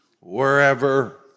wherever